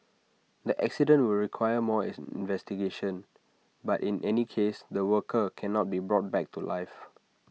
the accident will require more investigation but in any case the worker cannot be brought back to life